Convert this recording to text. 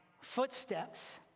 footsteps